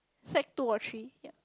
section two or three